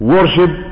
Worship